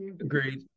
Agreed